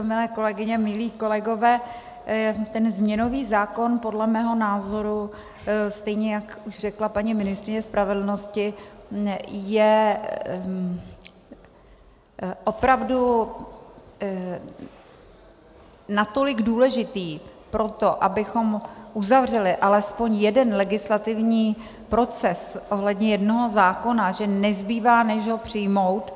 Milé kolegyně, milí kolegové, ten změnový zákon podle mého názoru, stejně jak už řekla paní ministryně spravedlnosti, je opravdu natolik důležitý proto, abychom uzavřeli alespoň jeden legislativní proces ohledně jednoho zákona, že nezbývá, než ho přijmout.